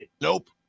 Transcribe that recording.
Nope